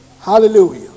hallelujah